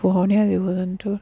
পোহনীয়া জীৱ জন্তুৰ